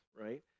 right